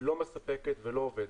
לא מספקת ולא עובדת.